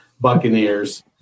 Buccaneers